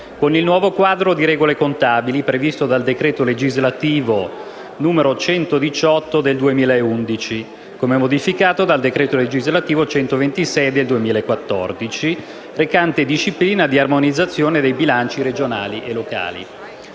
con il nuovo quadro di regole contabili previsto dal decreto legislativo n. 118 del 2011, come modificato dal decreto legislativo n. 126 del 2014, recante disciplina di armonizzazione dei bilanci regionali e locali.